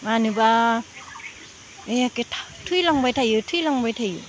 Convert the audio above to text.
मानोबा एखे थैलांबाय थायो थैलांबाय थायो